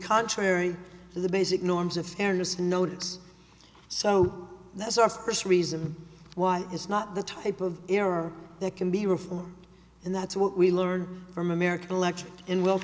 contrary to the basic norms of fairness notice so that's our first reason why is not the type of error that can be reformed and that's what we learn from american elections in wil